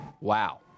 Wow